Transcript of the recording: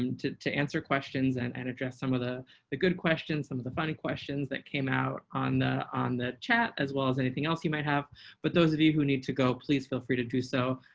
um to to answer questions and and address some of the the good questions. some of the funny questions that came out on the on the chat as well as anything else you might have ben soltoff but those of you who need to go, please feel free to do so.